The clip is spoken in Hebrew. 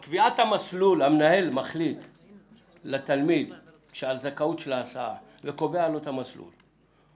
המנהל של זכאות להסעה קובע את המסלול לתלמיד.